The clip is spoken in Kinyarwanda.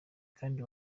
kandi